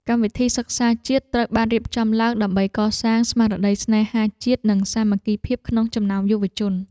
កម្មវិធីសិក្សាជាតិត្រូវបានរៀបចំឡើងដើម្បីកសាងស្មារតីស្នេហាជាតិនិងសាមគ្គីភាពក្នុងចំណោមយុវជន។